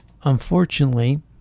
Unfortunately